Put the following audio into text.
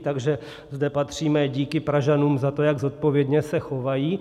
Takže zde patří mé díky Pražanům za to, jak zodpovědně se chovají.